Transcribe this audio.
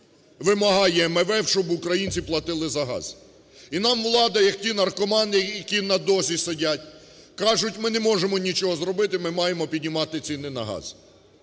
вимагає МВФ, щоб українці платили за газ. І нам влада як ті наркомани, які на дозі сидять, каже: ми не можемо нічого зробити, ми маємо піднімати ціни на газ.